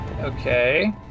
Okay